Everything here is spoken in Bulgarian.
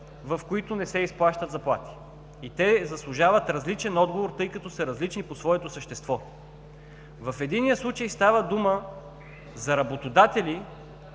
в които не се изплащат заплати. И те заслужават различен отговор, тъй като са различни по своето същество. В единия случая става дума за работодатели,